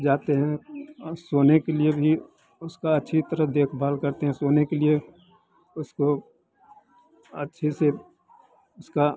जाते हैं सोने के लिए भी उसका अच्छी तरह देखभाल करते हैं सोने के लिए उसको अच्छे से उसका